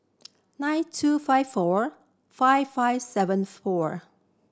nine two five four five five seven four